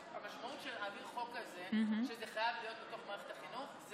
המשמעות של העברת חוק כזה היא שזה חייב להיות בתוך מערכת החינוך?